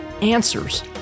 answers